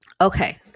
okay